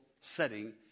setting